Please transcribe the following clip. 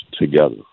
together